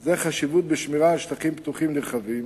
זה חשיבות בשמירה על שטחים פתוחים נרחבים,